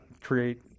create